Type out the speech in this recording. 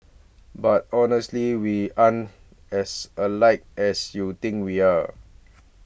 but honestly we aren't as alike as you think we are